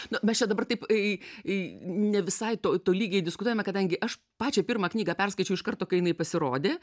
na mes čia dabar taip į į ne visai to tolygiai diskutuojame kadangi aš pačią pirmą knygą perskaičiau iš karto kai jinai pasirodė